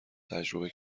تجربه